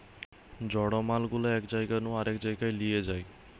জড় মাল গুলা এক জায়গা নু আরেক জায়গায় লিয়ে যায়